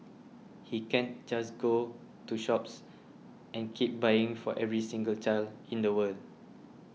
he can't just go to shops and keep buying for every single child in the world